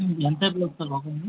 మీరు ఎంత సేపులో వస్తారు బాబు దగ్గరకి